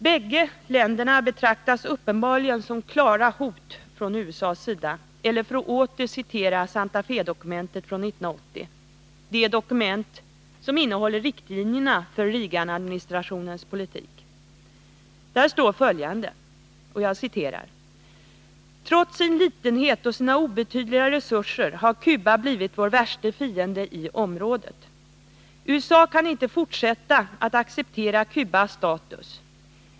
Uppenbarligen betraktar USA bägge länderna som klara hot, eller för att åter citera Santa Fé-dokumentet från 1980, det dokument som innehåller riktlinjerna för Reaganadministrationens politik: ”Trots sin litenhet och sina obetydliga resurser har Kuba blivit vår värste fiende i området —-—--. USA kan inte fortsätta att acceptera Kubas status.